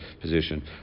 position